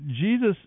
Jesus